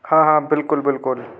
हाँ हाँ बिलकुल बिलकुल